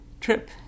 trip